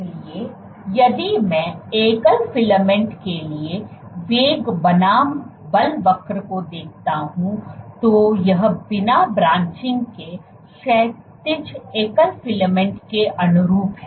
इसलिए यदि मैं एकल फिलामेंट के लिए वेग बनाम बल वक्र को देखता हूं तो यह बिना ब्रांचिंग के क्षैतिज एकल फिलामेंट के अनुरूप है